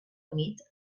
humit